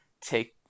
take